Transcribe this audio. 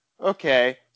okay